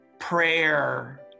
prayer